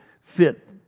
fit